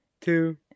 two